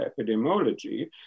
epidemiology